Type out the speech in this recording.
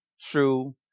true